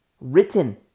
Written